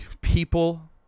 people